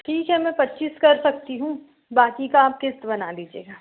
ठीक है मैं पच्चीस कर सकती हूँ बाकी का आप किश्त बना लीजिएगा